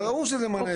ברור שזה למען האזרח.